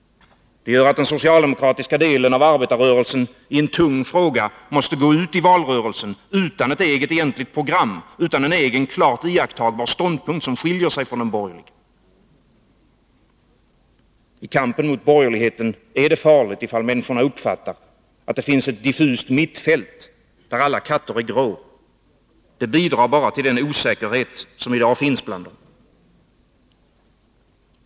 Det gör att den socialdemokratiska delen av arbetarrörelsen i en tung fråga måste gå ut i valrörelsen utan ett eget egentligt program, utan en egen klart iakttagbar ståndpunkt, som skiljer sig från den borgerliga. I kampen mot borgerligheten är det farligt ifall människorna uppfattar att det finns ett diffust mittfält, där alla katter är grå. Det bidrar bara till den osäkerhet som i dag finns bland dem.